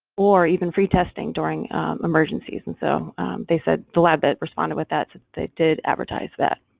or even free testing during emergencies. and so they said the lab that responded with that they did advertise that.